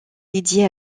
dédiée